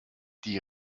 die